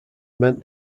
meant